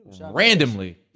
Randomly